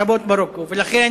לכן